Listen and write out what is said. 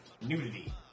Nudity